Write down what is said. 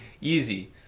Easy